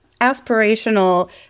aspirational